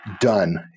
done